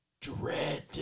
Dread